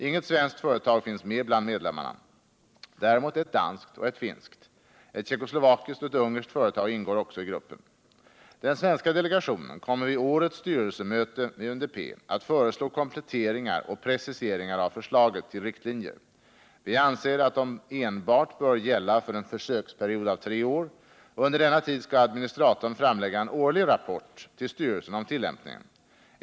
Inget svenskt företag finns med bland medlemmarna, däremot ett danskt och ett finskt. Ett tjeckoslovakiskt och ett ungerskt företag ingår i gruppen. Den svenska delegationen kommer vid årets styrelsemöte med UNDP att föreslå kompletteringar och preciseringar av förslaget till riktlinjer. Vi anser att de enbart bör gälla för en försöksperiod av tre år. Under denna tid skall administratorn framlägga en årlig rapport till styrelsen om tillämpningen.